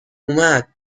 اومد